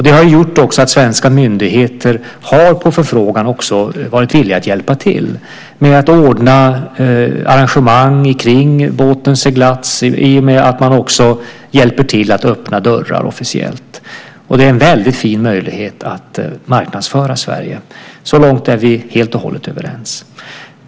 Det har gjort att svenska myndigheter på förfrågan har varit villiga att hjälpa till med att ordna arrangemang kring båtens seglats. Man hjälper också till att öppna dörrar officiellt. Det är en väldigt fin möjlighet att marknadsföra Sverige. Så långt är vi helt och hållet överens.